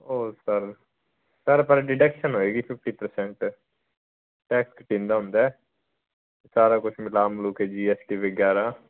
ਓ sir sir ਪਰ deduction ਹੋਏਗੀ fifty percent tax ਦਿੰਦਾ ਹੁੰਦਾ ਸਾਰਾ ਕੁਝ ਮਿਲਾ ਮੁਲਾ ਕੇ ਜੀ ਐਸ ਟੀ ਵਗੈਰਾ